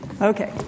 Okay